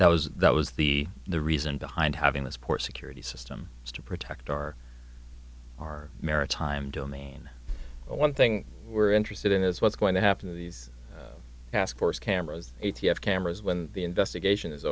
that was that was the the reason behind having this port security system to protect our our maritime domain one thing we're interested in is what's going to happen to the task force cameras a t f cameras when the investigation is